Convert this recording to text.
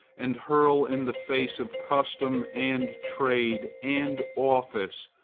and hurl in the face of custom and trade and office,